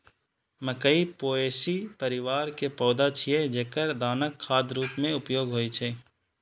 मकइ पोएसी परिवार के पौधा छियै, जेकर दानाक खाद्य रूप मे उपयोग होइ छै